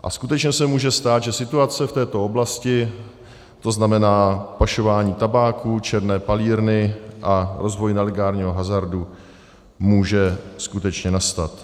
A skutečně se může stát, že situace v této oblasti, to znamená pašování tabáku, černé palírny a rozvoj nelegálního hazardu, může skutečně nastat.